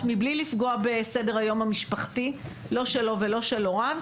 מבלי לפגוע בסדר היום המשפחתי לא שלו ולא של הוריו,